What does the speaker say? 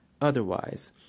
Otherwise